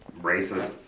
racist